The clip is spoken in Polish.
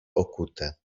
okute